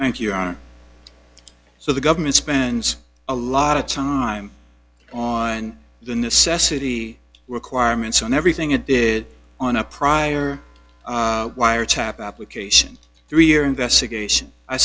bubble thank you on so the government spends a lot of time on the necessity requirements on everything it did on a prior wiretap application three year investigation i